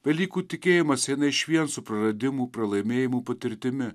velykų tikėjimas eina išvien su praradimų pralaimėjimų patirtimi